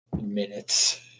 minutes